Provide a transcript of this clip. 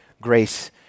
Grace